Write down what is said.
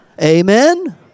Amen